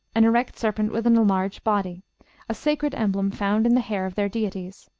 an erect serpent with an enlarged body a sacred emblem found in the hair of their deities.